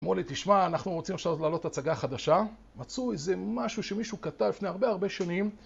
מולי, תשמע, אנחנו רוצים עכשיו להעלות את הצגה החדשה. מצאו איזה משהו שמישהו כתב לפני הרבה הרבה שנים.